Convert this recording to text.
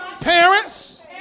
Parents